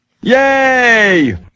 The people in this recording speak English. Yay